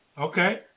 Okay